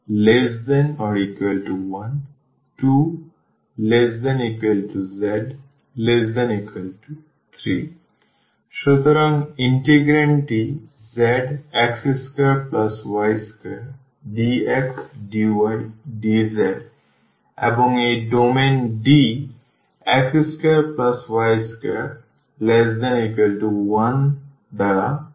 ∭Dzx2y2dxdydz Dx2y2≤12≤z≤3 সুতরাং ইন্টিগ্রান্ডটি zx2y2dxdydz এবং এই ডোমেইন Dx2y2≤1 দ্বারা দেওয়া হয়